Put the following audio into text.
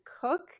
cook